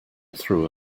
through